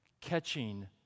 catching